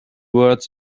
words